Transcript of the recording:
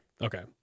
Okay